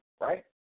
right